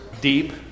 deep